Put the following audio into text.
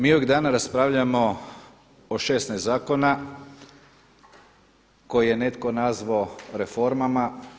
Mi ovih dana raspravljamo o 16 zakona koje je netko nazvao reformama.